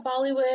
Bollywood